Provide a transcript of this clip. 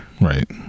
Right